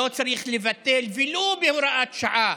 לא צריך לבטל, ולו בהוראת שעה,